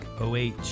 O-H